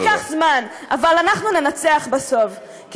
ייקח זמן, אבל אנחנו ננצח בסוף, תודה.